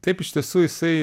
taip iš tiesų jisai